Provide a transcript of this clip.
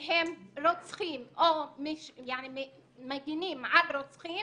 שהם רוצחים או מגנים על רוצחים